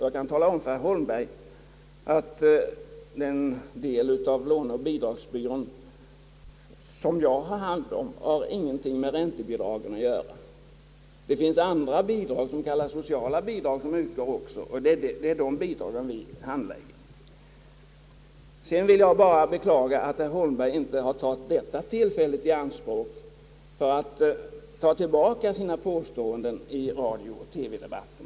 Jag kan tala om för herr Holmberg att den del av låneoch bidragsbyrån som jag har hand om inte har någonting med räntebidragen att göra. Det finns andra bidrag som kallas sociala bidrag och som också utgår, och det är de bidragen vi handlägger. Jag vill också beklaga att herr Holmberg icke tagit detta tillfälle i anspråk för att ta tillbaka sina påståenden i radiooch TV-debatten.